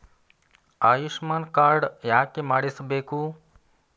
Ayushman card ಯಾಕೆ ಮಾಡಿಸಬೇಕು?